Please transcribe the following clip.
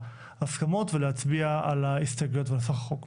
ההסכמות ולהצביע על ההסתייגויות ועל נוסח החוק.